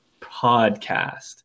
podcast